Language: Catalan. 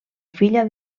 filla